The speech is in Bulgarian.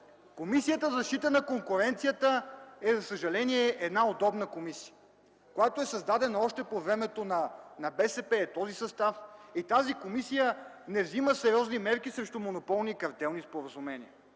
Комисията за защита на конкуренцията е, за съжаление, една удобна комисия, която е създадена още по времето на БСП. В този си състав тази комисия не взима сериозни мерки срещу монополни картелни споразумения.